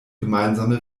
gemeinsame